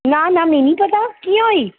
ना ना मी निं पता कि'यां होई